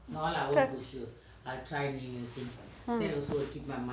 um